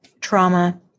trauma